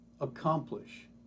accomplish